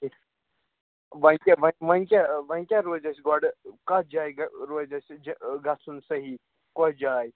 وۅنۍ کیٛاہ وۅنۍ کیٛاہ وۅنۍ کیٛاہ روزِ اَسہِ گۄڈٕ کَتھ جایہِ روزِ اَسہِ جاے گَژھُن صیحح کۄس جاے